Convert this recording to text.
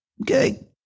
Okay